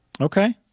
Okay